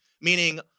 meaning